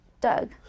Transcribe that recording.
Doug